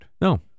No